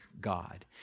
God